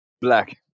Black